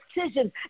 decisions